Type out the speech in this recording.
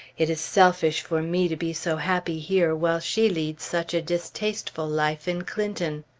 it is selfish for me to be so happy here while she leads such a distasteful life in clinton.